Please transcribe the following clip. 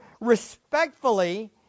respectfully